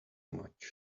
much